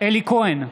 אלי כהן,